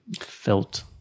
felt